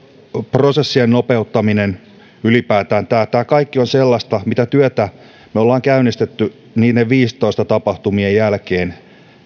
prosessien nopeuttaminen ja ylipäätään kaikki tämä on sellaista työtä minkä me olemme käynnistäneet vuoden viisitoista tapahtumien jälkeen minä